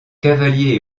cavalier